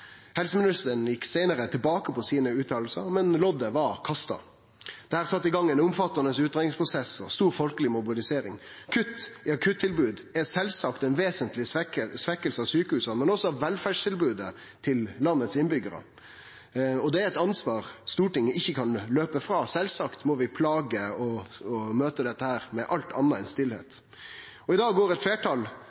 Helseministeren gjekk seinare tilbake på sine utsegner, men loddet var kasta. Dette sette i gang ein omfattande utgreiingsprosess og stor folkeleg mobilisering. Kutt i akuttilbodet er sjølvsagt ei vesentleg svekking av sjukehusa, men også av velferdstilbodet til landets innbyggjarar, og det er eit ansvar Stortinget ikkje kan springe frå. Sjølvsagt må vi vere ei plage og møte dette med alt anna enn stillheit. I dag går eit fleirtal